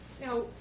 now